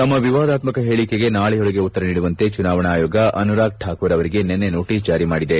ತಮ್ಮ ವಿವಾದಾತ್ಮಕ ಹೇಳಕೆಗೆ ನಾಳೆಯೊಳಗೆ ಉತ್ತರ ನೀಡುವಂತೆ ಚುನಾವಣಾ ಅಯೋಗ ಅನುರಾಗ್ ಠಾಕೂರ್ ಅವರಿಗೆ ನಿನ್ನೆ ನೋಟಿಸ್ ಜಾರಿ ಮಾಡಿದೆ